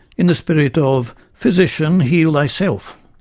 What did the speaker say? in the spirit of physician, heal thyself.